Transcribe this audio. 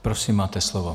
Prosím, máte slovo.